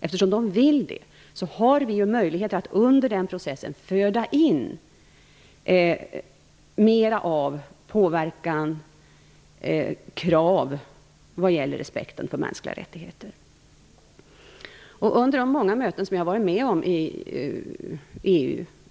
Eftersom man vill det har vi möjlighet att under processen föda in mer av påverkan och krav vad gäller respekten för mänskliga rättigheter. Jag har varit med om många möten om denna fråga i EU.